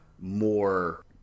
more